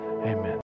Amen